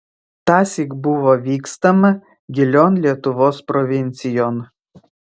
tąsyk buvo vykstama gilion lietuvos provincijon